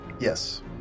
Yes